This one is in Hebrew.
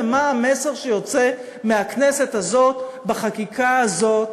ומה המסר שיוצא מהכנסת הזאת בחקיקה הזאת,